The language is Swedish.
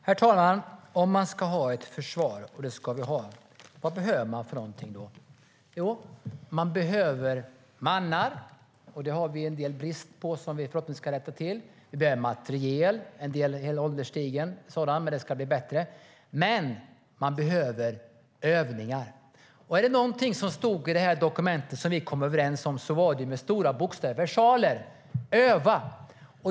Herr talman! Om vi ska ha ett försvar, och det ska vi ha, vad behöver vi för något då? Jo, vi behöver mannar. Det har vi brist på, men det ska vi förhoppningsvis rätta till. Vi behöver materiel. En del av den är ålderstigen, men det ska bli bättre. Vi behöver också övningar, och var det något som stod med stora bokstäver i det dokument vi kom överens om var det "ÖVA".